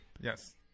Yes